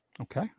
Okay